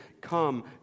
Come